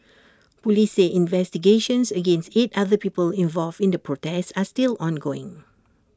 Police say investigations against eight other people involved in the protest are still ongoing